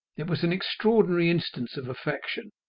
it was an extraordinary instance of affection.